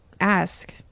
ask